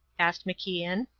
asked macian.